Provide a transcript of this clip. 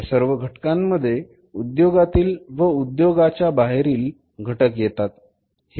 ह्या सर्व घटकांमध्ये उद्योगातील व उद्योगाच्या बाहेरील घटक येतात